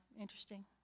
interesting